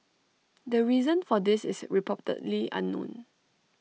the reason for this is reportedly unknown